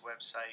website